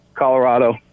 Colorado